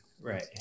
right